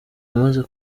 amaze